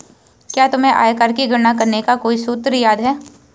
क्या तुम्हें आयकर की गणना करने का कोई सूत्र याद है?